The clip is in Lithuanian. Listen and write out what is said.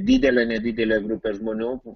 didelė nedidelė grupė žmonių